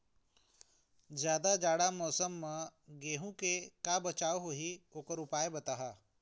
जादा जाड़ा मौसम म गेहूं के का बचाव होही ओकर उपाय बताहा?